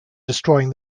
destroying